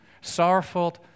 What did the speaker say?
Sorrowful